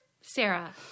Sarah